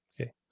okay